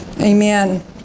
Amen